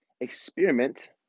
experiment